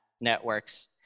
networks